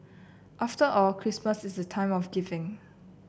after all Christmas is the time of giving